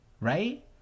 right